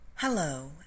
Hello